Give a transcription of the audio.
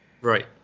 Right